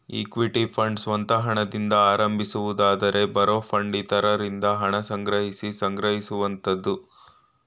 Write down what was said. equity fund ಸ್ವಂತ ಹಣದಿಂದ ಆರಂಭಿಸುವುದಾದರೆ ಬಾರೋ ಫಂಡ್ ಇತರರಿಂದ ಹಣ ಸಂಗ್ರಹಿಸಿ ಸಂಗ್ರಹಿಸುವಂತದ್ದು